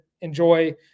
enjoy